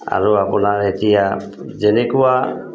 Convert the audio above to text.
আৰু আপোনাৰ এতিয়া যেনেকুৱা